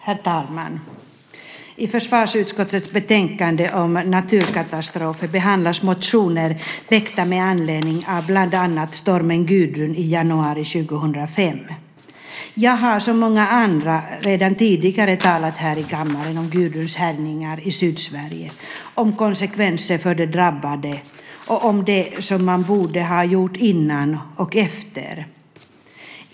Herr talman! I försvarsutskottets betänkande om naturkatastrofer behandlas motioner väckta med anledning av bland annat stormen Gudrun i januari 2005. Jag har som många andra redan tidigare talat här i kammaren om Gudruns härjningar i Sydsverige, om konsekvenser för de drabbade och om det som man borde ha gjort innan och efter.